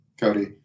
Cody